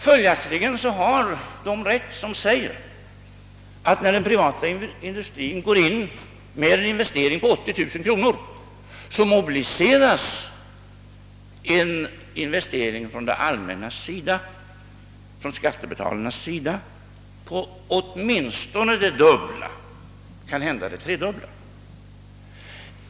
Följaktligen har man rätt när man säger, att när den privata industrin gör en investering på 380 000 kronor, så mobiliseras investeringar från det allmännas sida på åtminstone det dubbla beloppet, kanhända det tredubbla.